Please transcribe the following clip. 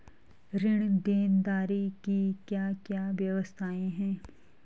ऋण देनदारी की क्या क्या व्यवस्थाएँ हैं?